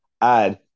add